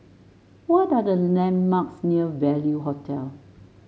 what are the landmarks near Value Hotel